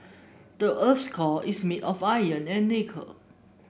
the earth's core is made of iron and nickel